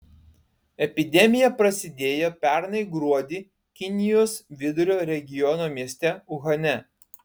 epidemija prasidėjo pernai gruodį kinijos vidurio regiono mieste uhane